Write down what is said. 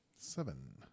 Seven